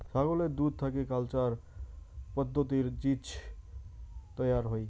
ছাগলের দুধ থাকি কালচার পদ্ধতিত চীজ তৈয়ার হই